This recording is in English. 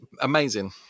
amazing